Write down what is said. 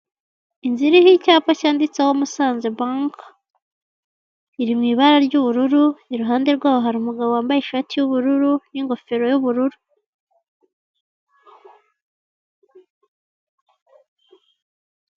Inzu iriho icyapa cyanditseho Musanze banki, iri mu ibara ry'ubururu, iruhande rwaho hari umugabo wambaye ishati y'ubururu n'ingofero y'ubururu.